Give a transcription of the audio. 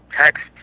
text